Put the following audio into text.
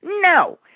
No